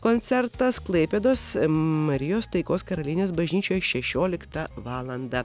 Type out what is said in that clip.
koncertas klaipėdos marijos taikos karalienės bažnyčioje šešioliktą valandą